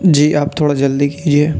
جی آپ تھوڑا جلدی کیجیے